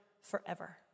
forever